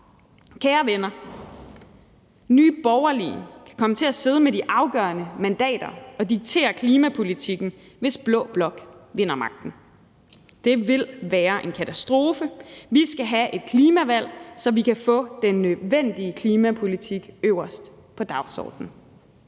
Kære venner, Nye Borgerlige kan komme til at sidde med de afgørende mandater og diktere klimapolitikken, hvis blå blok vinder magten. Det vil være en katastrofe. Vi skal have et klimavalg, så vi kan få den nødvendige klimapolitik øverst på dagsordenen.